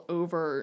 over